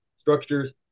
structures